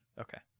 Okay